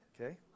Okay